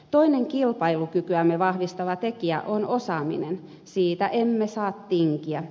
toinen kilpailukykyämme vahvistava tekijä on osaaminen siitä emme saa tinkiä